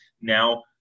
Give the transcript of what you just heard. Now